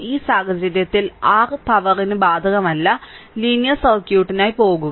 ഈ സാഹചര്യത്തിൽ r പവറിന് ബാധകമല്ല ലീനിയർ സർക്യൂട്ടിനായി പോകുക